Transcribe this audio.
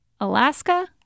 Alaska